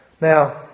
Now